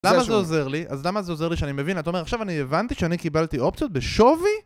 למה זה עוזר לי? אז למה זה עוזר לי שאני מבין? אתה אומר, עכשיו אני הבנתי שאני קיבלתי אופציות בשווי..